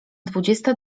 dwudziesta